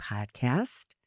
Podcast